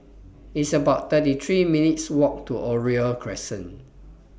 It's about thirty three minutes' Walk to Oriole Crescent